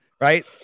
right